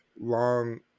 long